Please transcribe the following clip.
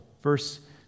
Verse